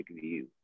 view